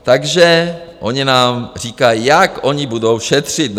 Takže oni nám říkají, jak oni budou šetřit.